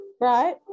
right